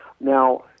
Now